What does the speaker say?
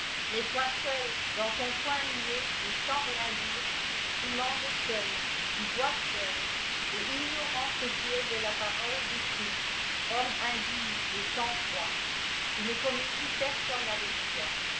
mais toi seul dns ton coin muet et sans rien dire tu manges seul tu bois seul el ignorant que tu es de la parole du christ homme indigne et sans foi tu ne communies personne avec toi